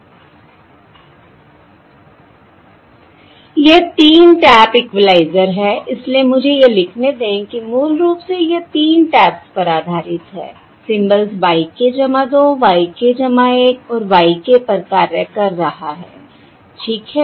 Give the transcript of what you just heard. यह 3 tap equaliser है इसलिए मुझे यह लिखने दें कि मूल रूप से यह 3 टैप्स पर आधारित है symbols y k 2 y k 1 और y पर कार्य कर रहा है ठीक है